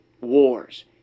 wars